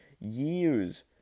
years